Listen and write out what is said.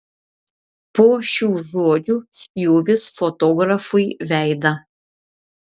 po šių žodžių spjūvis fotografui veidą